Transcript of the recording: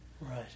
Right